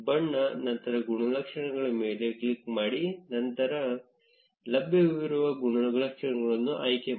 ಬಣ್ಣ ನಂತರ ಗುಣಲಕ್ಷಣಗಳ ಮೇಲೆ ಕ್ಲಿಕ್ ಮಾಡಿ ಮತ್ತು ನಂತರ ಲಭ್ಯವಿರುವ ಗುಣಲಕ್ಷಣಗಳನ್ನು ಆಯ್ಕೆಮಾಡಿ